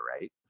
right